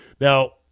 Now